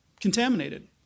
contaminated